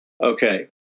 Okay